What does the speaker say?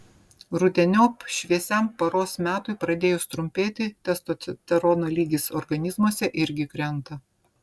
rudeniop šviesiam paros metui pradėjus trumpėti testosterono lygis organizmuose irgi krenta